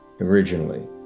originally